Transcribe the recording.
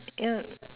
ya